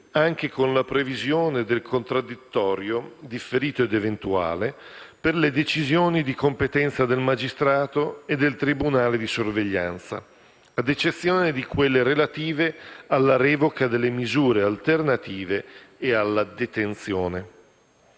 anche con la previsione del contraddittorio differito ed eventuale, per le decisioni di competenza del magistrato e del tribunale di sorveglianza, ad eccezione di quelle relative alla revoca delle misure alternative alla detenzione;